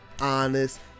honest